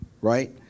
right